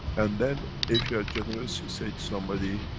and then, if you are generous, you say to somebody,